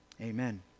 Amen